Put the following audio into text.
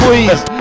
Please